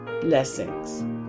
Blessings